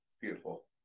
beautiful